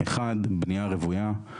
אחד בנייה רוויה,